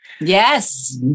Yes